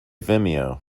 vimeo